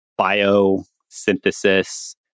biosynthesis